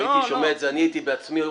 אם הייתי שומע את זה הייתי בעצמי מוחה.